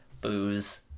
booze